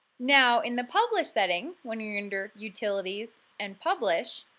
now in the publish setting, when your under utilities and publish,